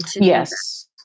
Yes